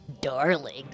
darling